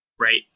right